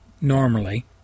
normally